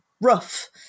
rough